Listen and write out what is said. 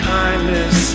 kindness